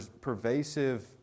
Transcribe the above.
pervasive